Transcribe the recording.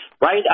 Right